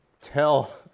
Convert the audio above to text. tell